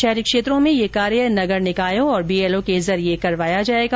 शहरी क्षेत्रों में ये कार्य नगर निकायों और बीएलओ के जरिये करवाया जायेगा